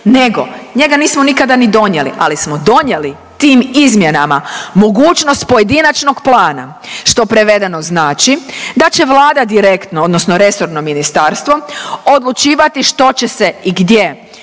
njega nismo nikada ni donijeli, ali smo donijeli tim izmjenama mogućnost pojedinačnog plana što preveden znači da će Vlada direktno odnosno resorno ministarstvo odlučivati što će se i gdje,